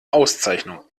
auszeichnung